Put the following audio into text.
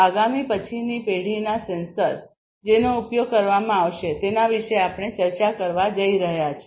આગામી પછીની પેઢીના સેન્સર જેનો ઉપયોગ કરવામાં આવશે તેના વિશે આપણે ચર્ચા કરવા જઈ રહ્યા છીએ